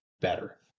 better